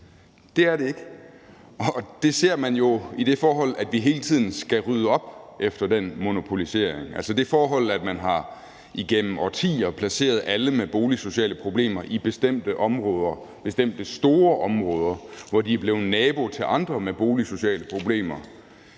Det er det ikke, og det ser man jo i det forhold, at vi hele tiden skal rydde op efter den monopolisering, altså det forhold, at man igennem årtier har placeret alle med boligsociale problemer i bestemte områder, bestemte store områder, hvor de er blevet naboer til andre med boligsociale problemer.